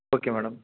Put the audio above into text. okay madam